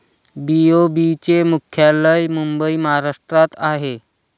BOB चे मुख्यालय मुंबई महाराष्ट्रात आहे